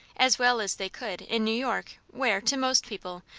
as well as they could, in new york where, to most people,